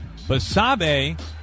Basabe